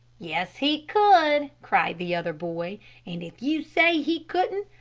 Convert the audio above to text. yes, he could, cried the other boy and if you say he couldn't,